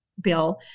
bill